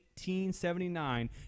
1879